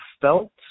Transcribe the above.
felt